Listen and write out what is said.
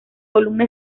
columna